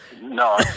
No